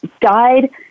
died